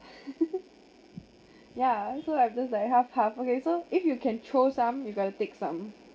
ya so I'm just like half half okay so if you can throw some you got to take some